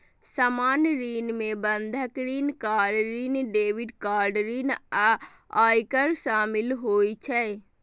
सामान्य ऋण मे बंधक ऋण, कार ऋण, क्रेडिट कार्ड ऋण आ आयकर शामिल होइ छै